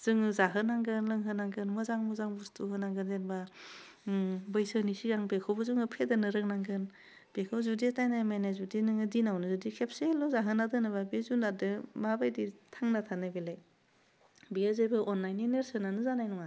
जोङो जाहोनांगोन लोंहोनांगोन मोजां मोजां बस्थु होनांगोन जेनबा ओह बैसोनि सिगां बेखौबो जोङो फेदेरनो रोंनांगोन बेखौ जुदि थेने मेने जुदि नोङो दिनावनो जुदि खेबसेल' जाहोना दोनोबा बे जुनादजों माबायदि थांना थानो बेलाय बेयो जेबो अन्नायनि नेरसोनानो जानाय नङा